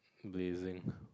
blessing